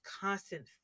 constant